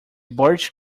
birch